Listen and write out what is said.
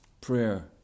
prayer